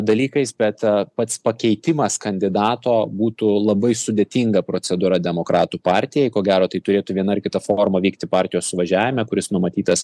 dalykais bet a pats pakeitimas kandidato būtų labai sudėtinga procedūra demokratų partijai ko gero tai turėtų viena ar kita forma vykti partijos suvažiavime kuris numatytas